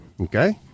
Okay